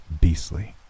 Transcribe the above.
Beastly